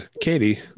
Katie